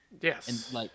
Yes